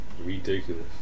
Ridiculous